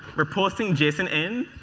reporting json n.